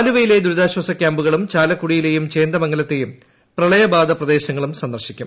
ആലുവയിലെ ദുരിതാശ്ചാസ കൃാമ്പുകളും ചാലക്കുടിയിലെയും ചേന്ദമംഗലത്തെയും പ്രളയബാധിതപ്രദേശങ്ങളും സന്ദർശിക്കും